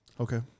okay